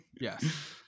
yes